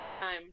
time